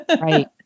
Right